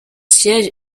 siège